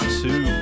two